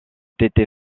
été